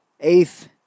Eighth